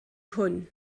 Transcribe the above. hwn